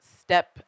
step